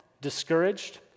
discouraged